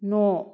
न'